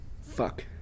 Fuck